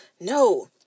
no